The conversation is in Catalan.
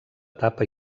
tapa